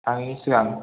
थाङैनि सिगां